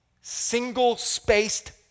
single-spaced